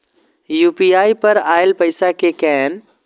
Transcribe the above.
UPI पर आएल पैसा कै कैन?